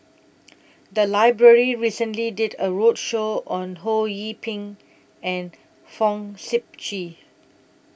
The Library recently did A roadshow on Ho Yee Ping and Fong Sip Chee